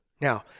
Now